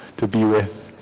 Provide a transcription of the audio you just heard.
to be with